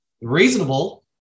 reasonable